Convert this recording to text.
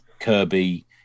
Kirby